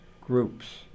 groups